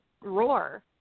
Roar